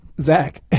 Zach